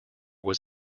was